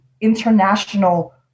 international